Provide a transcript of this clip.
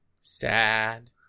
Sad